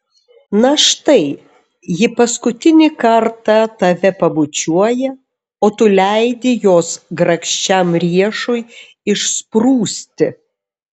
na štai ji paskutinį kartą tave pabučiuoja o tu leidi jos grakščiam riešui išsprūsti